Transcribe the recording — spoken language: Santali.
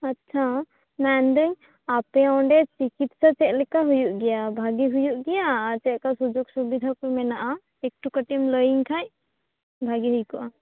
ᱟᱪᱪᱷᱟ ᱢᱮᱱᱫᱟᱹᱧ ᱟᱯᱮ ᱚᱸᱰᱮ ᱪᱤᱠᱤᱛᱥᱟ ᱪᱮᱫᱞᱮᱠᱟ ᱦᱩᱭᱩᱜ ᱜᱮᱭᱟ ᱵᱷᱟᱜᱮ ᱦᱩᱭᱩᱜ ᱜᱮᱭᱟ ᱟ ᱪᱮᱜᱠᱟ ᱥᱩᱡᱟᱹᱜᱽ ᱥᱩᱵᱷᱤᱫᱟ ᱠᱚ ᱢᱮᱱᱟᱜᱼᱟ ᱮᱠᱴᱩ ᱠᱟᱴᱤᱡ ᱞᱟᱹᱭᱟᱧ ᱠᱷᱟᱱ ᱵᱷᱟᱜᱮ ᱦᱩᱭ ᱠᱚᱜᱼᱟ